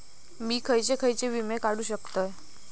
मी खयचे खयचे विमे काढू शकतय?